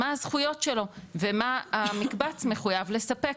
מה הזכויות שלו ומה המקבץ מחויב לספק